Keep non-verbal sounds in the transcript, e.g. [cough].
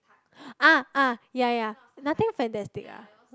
[breath] ah ah ya ya nothing fantastic lah